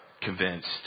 convinced